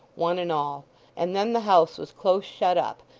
one and all and then the house was close shut up,